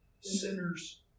sinners